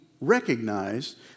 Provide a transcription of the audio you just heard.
recognized